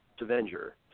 Avenger